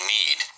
need